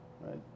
right